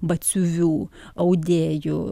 batsiuvių audėjų